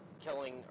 killing